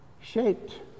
shaped